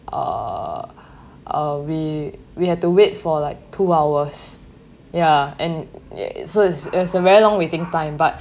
uh uh we we have to wait for like two hours ya and so is is a very long waiting time but